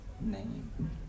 name